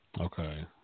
Okay